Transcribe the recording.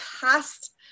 past